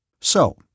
So